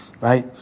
right